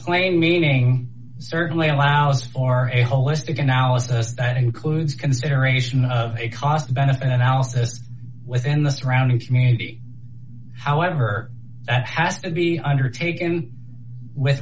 plain meaning certainly allows for a holistic analysis that includes consideration of a cost benefit analysis within the surrounding community however has to be undertaken with